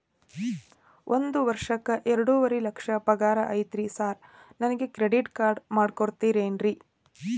ಒಂದ್ ವರ್ಷಕ್ಕ ಎರಡುವರಿ ಲಕ್ಷ ಪಗಾರ ಐತ್ರಿ ಸಾರ್ ನನ್ಗ ಕ್ರೆಡಿಟ್ ಕಾರ್ಡ್ ಕೊಡ್ತೇರೆನ್ರಿ?